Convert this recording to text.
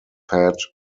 had